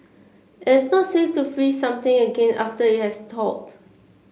it's not safe to freeze something again after it has thawed